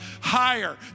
higher